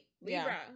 Libra